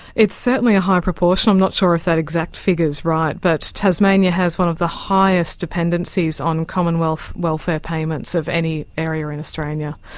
it's certainly a high proportion. i'm not sure if that exact figure is right, but tasmania has one of the highest dependencies on commonwealth welfare payments of any area in australia.